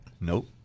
Nope